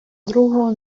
другого